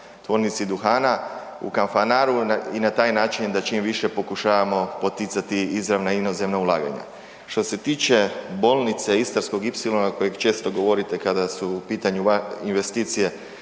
tvornici duhana u Kanfanaru i na taj način da čim više pokušavamo poticati izravna inozemna ulaganja. Što se tiče bolnice i istarskog ipsilona kojeg često govorite kada su u pitanju investicije